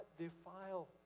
defile